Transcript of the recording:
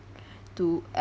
to